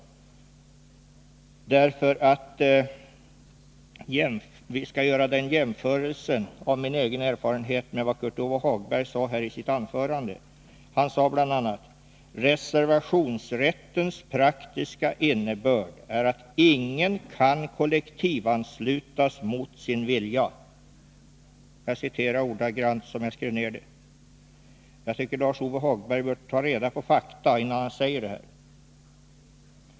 Jag vill nämligen göra en jämförelse mellan min egen erfarenhet och det som Kurt Ove Johansson sade i sitt anförande. Han sade bl.a.: Reservationsrättens praktiska innebörd är att ingen kan kollektivanslutas mot sin vilja. — Jag skrev ned det ordagrant under hans anförande. Jag tycker att Kurt Ove Johansson bör ta reda på fakta innan han säger detta.